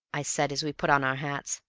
i said, as we put on our hats.